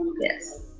Yes